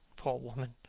poor woman!